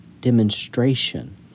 demonstration